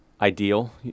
ideal